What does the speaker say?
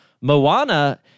Moana